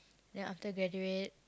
then after graduate